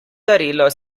darilo